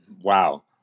wow